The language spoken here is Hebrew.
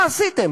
מה עשיתם?